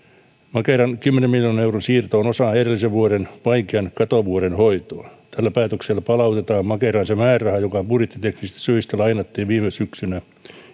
makeran kymmenen miljoonan euron siirto on osa edellisen vuoden vaikean katovuoden hoitoa tällä päätöksellä palautetaan makeraan se määräraha joka budjettiteknisistä syistä lainattiin viime syksynä